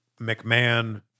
McMahon